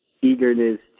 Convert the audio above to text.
eagerness